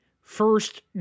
first